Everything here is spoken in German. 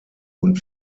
und